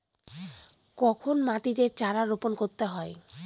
কখন মাটিতে চারা রোপণ করতে হয়?